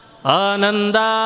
Ananda